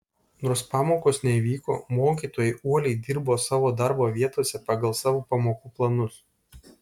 nors pamokos nevyko mokytojai uoliai dirbo savo darbo vietose pagal savo pamokų planus